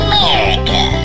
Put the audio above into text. America